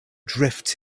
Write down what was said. drifts